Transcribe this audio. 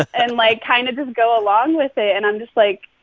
and, like, kind of just go along with it. and i'm just, like,